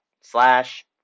slash